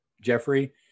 Jeffrey